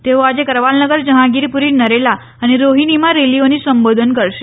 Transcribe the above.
તેઓ આજે કરવાલનગર જહાગીરપુરી નરેલા અને રોઠ્ઠીનીમાં રેલીઓને સંબોધન કરશે